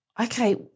okay